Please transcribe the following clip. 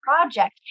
project